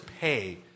pay